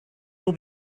will